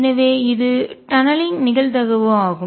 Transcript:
எனவே இது டநலிங்க் சுரங்கப்பாதை நிகழ்தகவு ஆகும்